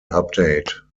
update